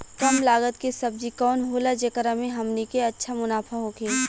कम लागत के सब्जी कवन होला जेकरा में हमनी के अच्छा मुनाफा होखे?